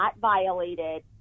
violated